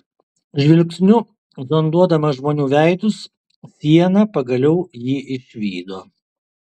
žvilgsniu zonduodama žmonių veidus siena pagaliau jį išvydo